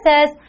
says